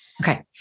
Okay